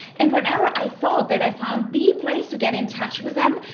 and whenever i thought that i found the place to get in touch with them,